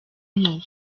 nto